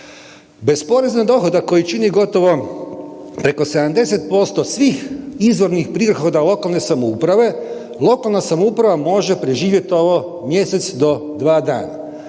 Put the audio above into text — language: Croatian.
Bez poreza na dohodak koji čini gotovo preko 70% svih izvornih prihoda lokalne samouprave, lokalna samouprava može preživjeti ovo mjesec do dva dana.